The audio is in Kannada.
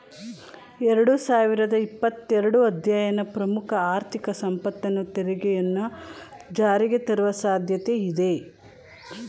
ಎರಡು ಸಾವಿರದ ಇಪ್ಪತ್ತ ಎರಡು ಅಧ್ಯಯನ ಪ್ರಮುಖ ಆರ್ಥಿಕ ಸಂಪತ್ತು ತೆರಿಗೆಯನ್ನ ಜಾರಿಗೆತರುವ ಸಾಧ್ಯತೆ ಇದೆ